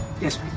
Yes